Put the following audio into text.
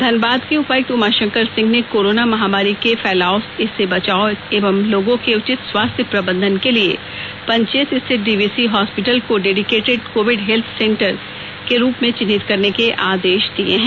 धनबाद के उपायुक्त उमाशंकर सिंह ने कोरोना महामारी के फैलाव से बचाव एवं लोगों के उचित स्वास्थ्य प्रबंधन के लिए पंचेत स्थित डीवीसी हॉस्पीटल को dedicated COVID health care centre के रूप में चिन्हित करने के आदेश दिए हैं